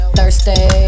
Thursday